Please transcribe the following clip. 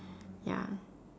ya